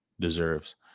deserves